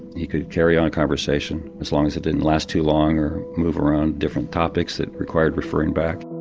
he could carry on a conversation as long as it didn't last too long, or move around different topics that required referring back.